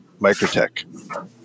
Microtech